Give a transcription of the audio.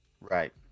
Right